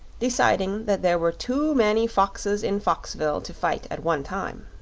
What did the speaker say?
deciding there were too many foxes in foxville to fight at one time.